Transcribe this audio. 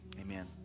amen